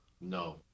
No